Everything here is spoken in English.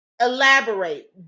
elaborate